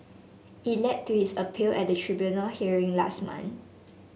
it led to his appeal at a tribunal hearing last month